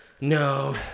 No